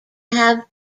have